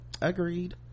agreed